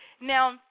Now